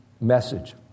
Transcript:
message